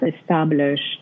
established